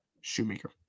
shoemaker